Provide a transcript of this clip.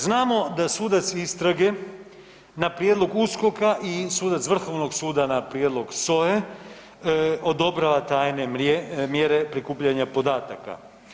Znamo da sudac istrage na prijedlog USKOK-a i sudac vrhovnog suda na prijedlog SOA-e odobrava tajne mjere prikupljanja podataka.